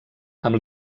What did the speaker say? amb